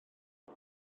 wyt